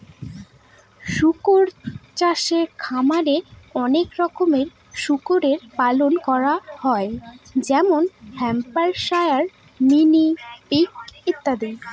শুকর চাষে খামারে অনেক রকমের শুকরের পালন করা হয় যেমন হ্যাম্পশায়ার, মিনি পিগ ইত্যাদি